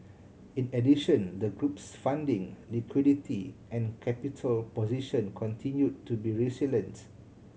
in addition the group's funding liquidity and capital position continue to be resilients